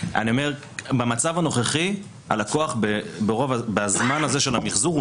במצב הנוכחי הלקוח בזמן הזה של המחזור הוא